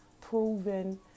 proven